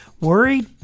Worried